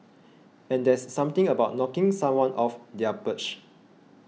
and there's something about knocking someone off their perch